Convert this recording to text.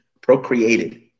procreated